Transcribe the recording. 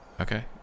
Okay